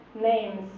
names